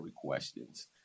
questions